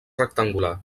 rectangular